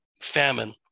famine